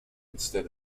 instead